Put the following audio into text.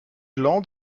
land